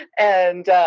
and